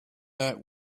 that